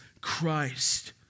Christ